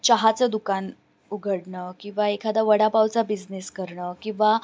चहाचं दुकान उघडणं किंवा एखादा वडापावचा बिझनेस करणं किंवा